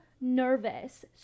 nervous